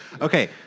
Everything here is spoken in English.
Okay